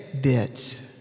bits